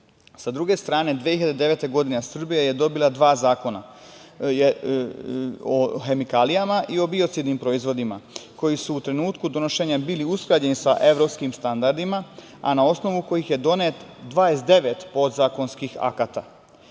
druge strane 2009. godine Srbija je dobila dva zakona o hemikalijama i biocidnim proizvodima koji su u trenutku donošenja bili usklađeni sa evropskim standardima, a na osnovu kojih je donet 29 podzakonskih akata.